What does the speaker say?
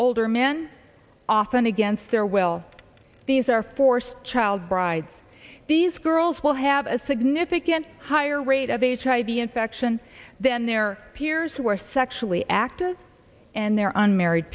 older men often against their will these are forced child brides these girls will have a significant higher rate of hiv infection than their peers who are sexually active and their unmarried